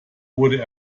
wurde